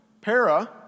Para